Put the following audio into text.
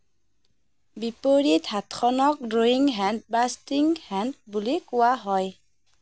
বিপৰীত হাতখনক drawing hand বা ষ্ট্ৰিঙ হেণ্ড বুলি কোৱা হয়